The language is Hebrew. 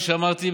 כפי שאמרתי,